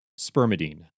Spermidine